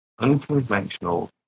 Unconventional